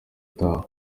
utaha